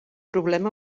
problema